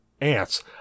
ants